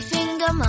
Finger